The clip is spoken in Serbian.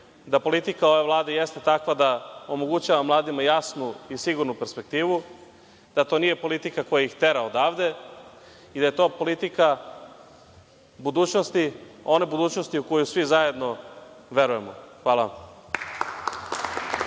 da politika ove Vlade jeste takva da omogućava mladima jasnu i sigurnu perspektivu, da to nije politika koja ih tera odavde i da je to politika budućnosti, one budućnosti u koju svi zajedno verujemo. Hvala vam.